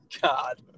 God